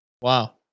Wow